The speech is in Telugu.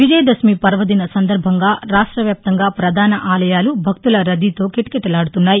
విజయ దశమి పర్వదిన సందర్భంగా రాష్ట వ్యాప్తంగా పధాన ఆలయాలు భక్తుల రద్దీతో కిటకిటలాడుతున్నాయి